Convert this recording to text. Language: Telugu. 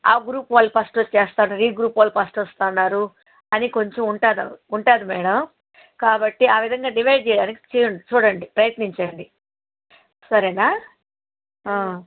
ఆ గ్రూప్ వాళ్ళు ఫస్ట్ వచ్చేస్తున్నారు ఈ గ్రూప్ వాళ్ళు ఫస్ట్ వస్తున్నారు అని కొంచెం ఉంటుంది మ్యాడమ్ కాబట్టి ఆ విధంగా డివైడ్ చేయాలి చూడండి ప్రయత్నించండి సరేనా